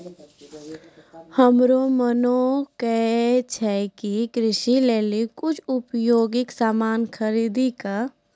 हमरो मोन करै छै कि कृषि लेली कुछ उपयोगी सामान खरीदै कै